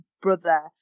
brother